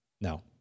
no